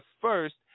first